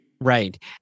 Right